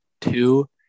two